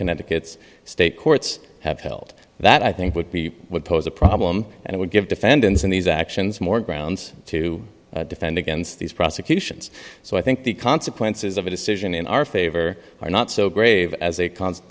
connecticut's state courts have held that i think would be would pose a problem and it would give defendants in these actions more grounds to defend against these prosecutions so i think the consequences of a decision in our favor are not so grave as a con